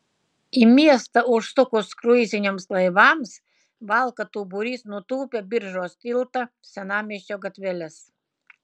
į miestą užsukus kruiziniams laivams valkatų būrys nutūpia biržos tiltą senamiesčio gatveles